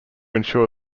ensure